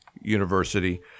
University